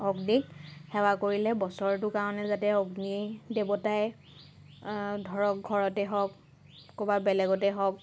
অগ্নিক সেৱা কৰিলে বছৰটোৰ কাৰণে যাতে অগ্নি দেৱতাই ধৰক ঘৰতে হওঁক ক'ৰবাৰ বেলেগতে হওঁক